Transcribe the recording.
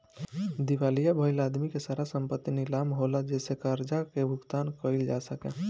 दिवालिया भईल आदमी के सारा संपत्ति नीलाम होला जेसे कर्जा के भुगतान कईल जा सके